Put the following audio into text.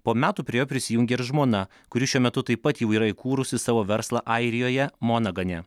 po metų prie jo prisijungė ir žmona kuri šiuo metu taip pat jau yra įkūrusi savo verslą airijoje monagane